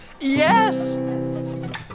Yes